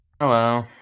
Hello